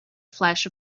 flash